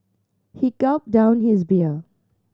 he gulped down his beer